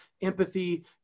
empathy